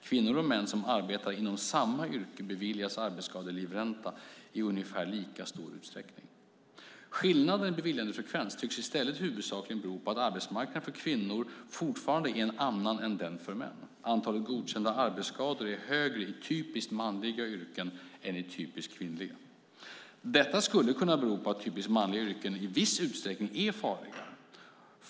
Kvinnor och män som arbetar inom samma yrke beviljas arbetsskadelivränta i ungefär lika stor utsträckning. Skillnaden i beviljandefrekvens tycks i stället huvudsakligen bero på att arbetsmarknaden för kvinnor fortfarande är en annan än den för män. Antalet godkända arbetsskador är högre i typiskt manliga yrken än i typiskt kvinnliga. Detta skulle kunna bero på att typiskt manliga yrken i viss utsträckning är farligare.